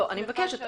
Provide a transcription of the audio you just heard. אני מבקשת,